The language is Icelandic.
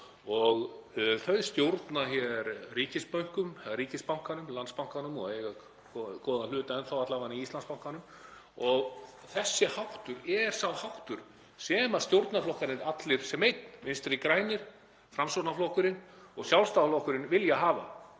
og þau stjórna hér ríkisbankanum Landsbankanum og eiga góðan hlut, enn þá alla vega, í Íslandsbanka, og þessi háttur er sá háttur sem stjórnarflokkarnir allir sem einn, Vinstri græn, Framsóknarflokkurinn og Sjálfstæðisflokkurinn, vilja hafa.